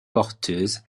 porteuse